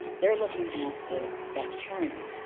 they're looking at the bacterium.